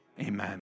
amen